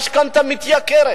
המשכנתה מתייקרת.